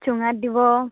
চুঙাত দিব